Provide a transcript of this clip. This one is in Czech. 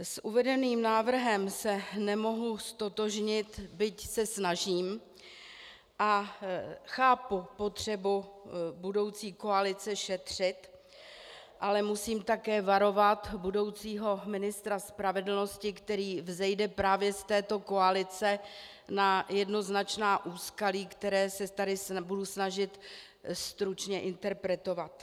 S uvedeným návrhem se nemohu ztotožnit, byť se snažím a chápu potřebu budoucí koalice šetřit, ale musím také varovat budoucího ministra spravedlnosti, které vzejde právě z této koalice, před jednoznačnými úskalími, která se tady budu snažit stručně interpretovat.